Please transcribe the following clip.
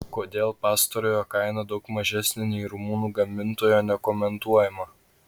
kodėl pastarojo kaina daug mažesnė nei rumunų gamintojo nekomentuojama